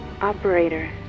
Operator